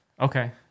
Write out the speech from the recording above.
Okay